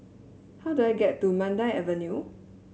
how do I get to Mandai Avenue